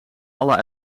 alle